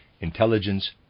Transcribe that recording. intelligence